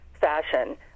fashion